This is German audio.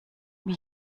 wie